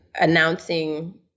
announcing